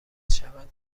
شوند